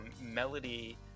Melody